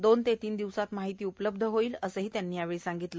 दोन तीन दिवसात माहिती उपलब्ध होईल असेही त्यांनी यावेळी सांगितले